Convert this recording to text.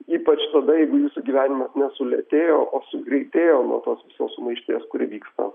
ypač tada jeigu jūsų gyvenimas nesulėtėjo o sugreitėjo nuo tos visos sumaišties kuri vyksta